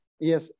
Yes